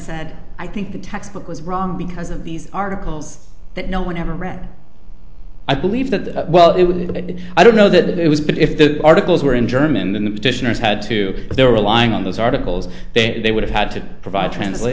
said i think the textbook was wrong because of these articles that no one ever read i believe that well i don't know that it was but if the articles were in german then the petitioners had to they were relying on those articles they would have had to provide translat